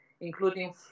including